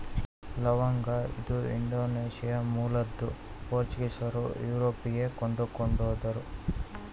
ಲವಂಗ ಇದು ಇಂಡೋನೇಷ್ಯಾ ಮೂಲದ್ದು ಪೋರ್ಚುಗೀಸರು ಯುರೋಪಿಗೆ ಕೊಂಡೊಯ್ದರು